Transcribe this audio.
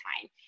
time